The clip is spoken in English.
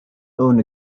own